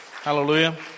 Hallelujah